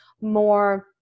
more